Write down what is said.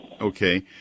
Okay